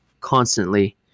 constantly